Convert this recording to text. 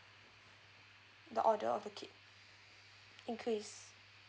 the order of the kid increase